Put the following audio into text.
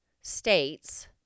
states